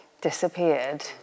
disappeared